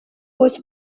was